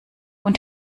und